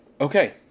Okay